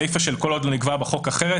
הסיפה של "כל עוד לא נקבע בחוק אחרת",